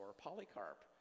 polycarp